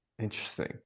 Interesting